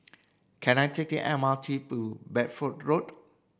can I take the M R T to Bedford Road